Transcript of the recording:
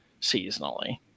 seasonally